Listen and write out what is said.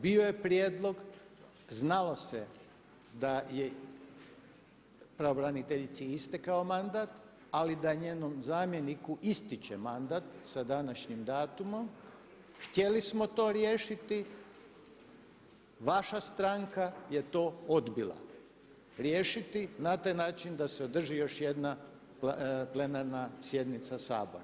Bio je prijedlog, znalo se da je pravobraniteljici istekao mandat, ali da njenom zamjeniku ističe mandata sa današnjim datumom, htjeli smo to riješiti, vaša stranka je to odbila riješiti na taj način da se održi još jedna plenarna sjednica Sabora.